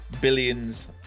billions